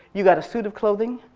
you got a suit of clothing,